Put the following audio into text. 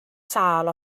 sâl